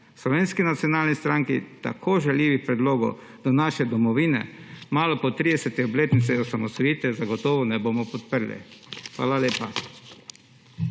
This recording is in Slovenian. Slovenski nacionalni stranki tako žaljivih predlogov do naše domovine malo po 30. obletnici osamosvojitve zagotovo ne bomo podprli. Hvala lepa.